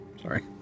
Sorry